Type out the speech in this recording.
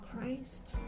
Christ